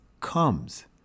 comes